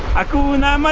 hakuna um ah